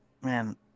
Man